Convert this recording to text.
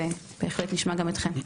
ובהחלט נשמע גם אתכם.